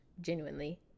genuinely